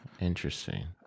Interesting